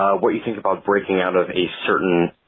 what you think about breaking out of a certain?